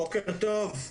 בוקר טוב.